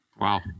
Wow